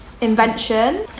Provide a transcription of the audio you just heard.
invention